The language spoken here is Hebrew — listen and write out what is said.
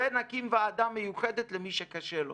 ונקים ועדה מיוחדת למי שקשה לו